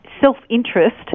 self-interest